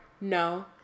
No